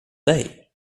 dig